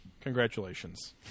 congratulations